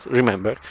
remember